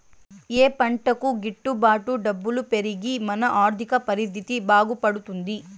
ఏ పంటకు గిట్టు బాటు డబ్బులు పెరిగి మన ఆర్థిక పరిస్థితి బాగుపడుతుంది?